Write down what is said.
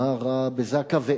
מה רע בזק"א?